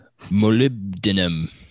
molybdenum